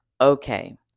Okay